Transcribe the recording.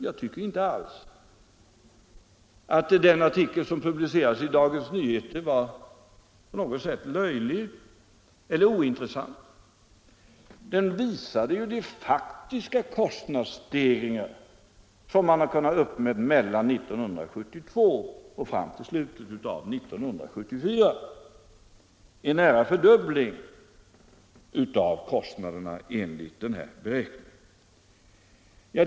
Jag tycker inte alls att den artikel som publicerades i Dagens Nyheter var på något sätt löjeväckande eller ointressant. Den visade ju de faktiska kostnadsstegringar som man har kunnat uppmäta mellan 1972 och fram till slutet av 1974 — en nära fördubbling av kostnaderna enligt dessa beräkningar.